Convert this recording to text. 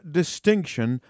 distinction